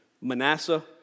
Manasseh